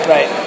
Right